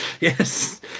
yes